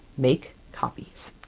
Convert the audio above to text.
make copies!